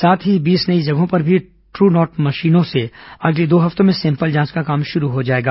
साथ ही बीस नई जगहों पर भी ट्र नाट मशीनों से अगले दो हफ्तों में सैंपल जांच का काम शुरू हो जाएगा